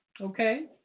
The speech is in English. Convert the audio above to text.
Okay